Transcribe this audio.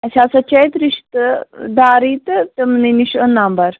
اَسہِ ہَسا چھِ اَتہِ رِشتہٕ دارٕے تہٕ تِمنٕے نِش اوٚن نمبر